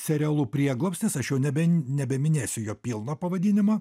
serialu prieglobstis aš jau nebe nebeminėsiu jo pilno pavadinimo